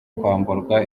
kwamburwa